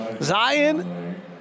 Zion